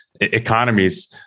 economies